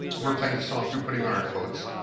we're playing this song, too putting on our coats,